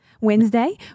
Wednesday